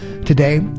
Today